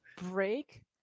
break